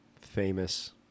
famous